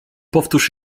powtórz